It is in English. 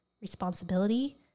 responsibility